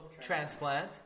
transplant